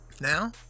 Now